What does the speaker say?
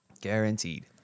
Guaranteed